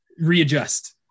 readjust